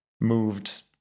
moved